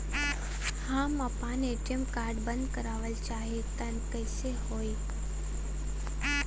हम आपन ATM card बंद करावल चाह तनि कइसे होई?